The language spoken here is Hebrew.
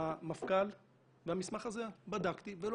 את בקריאה שנייה, עוד